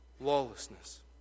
lawlessness